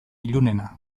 ilunena